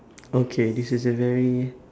okay this is a very